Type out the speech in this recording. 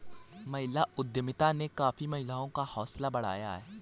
महिला उद्यमिता ने काफी महिलाओं का हौसला बढ़ाया है